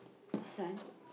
this one